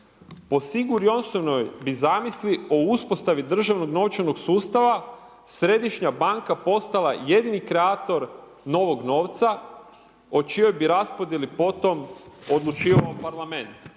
Po Sigurjonssonovoj bi zamisli o uspostavi državnog novčanog sustava središnja banka bi postala jedini kreator novog novca o čijoj bi raspodjeli potom odlučivao Parlament.